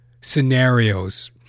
scenarios